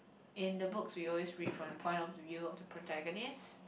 in the books we always read from the point of view of the protagonist